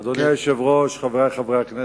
אדוני היושב-ראש, חברי חברי הכנסת,